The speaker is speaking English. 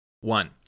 One